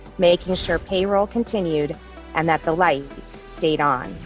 making sure payroll continued and that the lights stayed on.